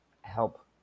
help